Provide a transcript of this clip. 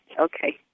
Okay